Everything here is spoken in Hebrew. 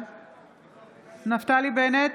בעד נפתלי בנט,